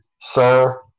sir